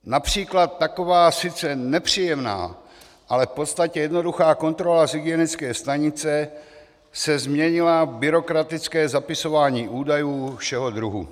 Například taková sice nepříjemná, ale v podstatě jednoduchá kontrola z hygienické stanice se změnila v byrokratické zapisování údajů všeho druhu.